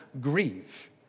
grieve